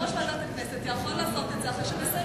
יושב-ראש ועדת הכנסת יכול לעשות את זה אחרי שמסיימים.